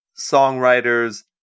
songwriters